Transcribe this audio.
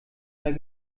mehr